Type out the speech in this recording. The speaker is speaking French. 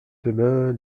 demain